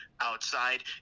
outside